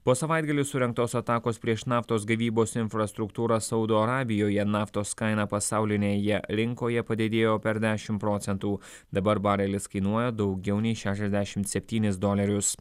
po savaitgalį surengtos atakos prieš naftos gavybos infrastruktūrą saudo arabijoje naftos kaina pasaulinėje rinkoje padidėjo per dešimt procentų dabar barelis kainuoja daugiau nei šešiasdešimt septynis dolerius